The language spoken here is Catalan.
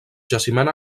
jaciment